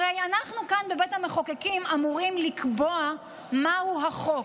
הרי אנחנו כאן בבית המחוקקים אמורים לקבוע מהו החוק.